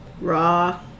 raw